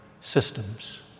systems